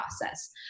process